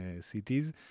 cities